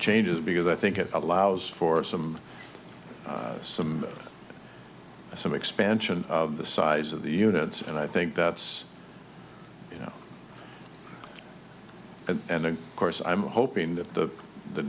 changes because i think it allows for some some some expansion of the size of the units and i think that's you know and of course i'm hoping that the the